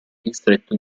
distretto